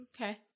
Okay